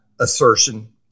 assertion